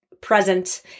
present